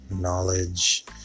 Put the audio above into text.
knowledge